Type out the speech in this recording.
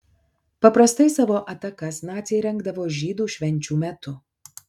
paprastai savo atakas naciai rengdavo žydų švenčių metu